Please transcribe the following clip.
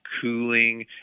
cooling